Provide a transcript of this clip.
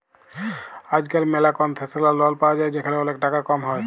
আজকাল ম্যালা concessional loan পায়া যায় যেখালে ওলেক টাকা কম হ্যয়